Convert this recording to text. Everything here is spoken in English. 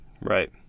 Right